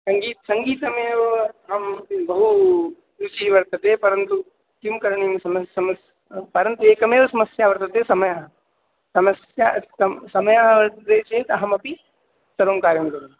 सङ्गीते सङ्गीतमेव अहं बहु रुचिः वर्तते परन्तु किं करणीयं समं समं परन्तु एका एव समस्या वर्तते समयः समस्या समयः समयः वर्तते चेत् अहमपि सर्वं कार्यं करोमि